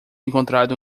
encontrado